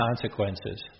consequences